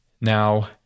Now